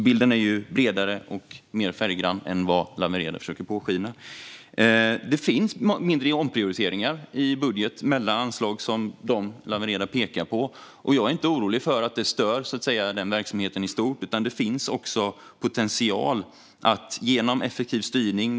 Bilden är alltså bredare och mer färggrann än vad Lawen Redar försöker påskina. Det finns mindre omprioriteringar i vår budget i de anslag som Lawen Redar pekar på. Jag är inte orolig för att det stör verksamheten i stort, utan här finns potential genom effektiv styrning.